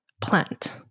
plant